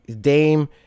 Dame